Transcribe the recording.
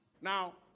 Now